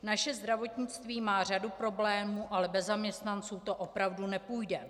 Naše zdravotnictví má řadu problémů, ale bez zaměstnanců to opravdu nepůjde.